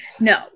No